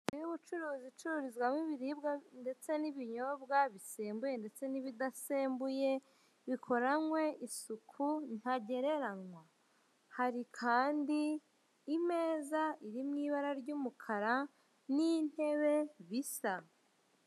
Inzu y'ubucuruzi icuruzwamo ibiribwa ndetse n'ibinyobwa bisembuye ndetse n'ibidasembuye, bikoranwe isuku ntagereranywa, hari kandi imeza iri mu ibara ry'umukara n'intebe bisa.